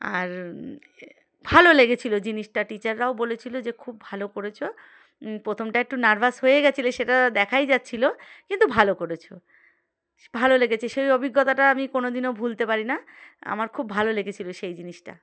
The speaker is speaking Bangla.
আর ভালো লেগেছিলো জিনিসটা টিচাররাও বলেছিলো যে খুব ভালো করেছো প্রথমটা একটু নার্ভাস হয়ে গিয়েছিলো সেটা দেখাই যাচ্ছিলো কিন্তু ভালো করেছ ভালো লেগেছে সেই অভিজ্ঞতাটা আমি কোনো দিনও ভুলতে পারি না আমার খুব ভালো লেগেছিলো সেই জিনিসটা